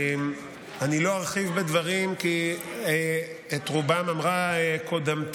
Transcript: אני לא ארחיב בדברים, כי את רובם אמרה קודמתי.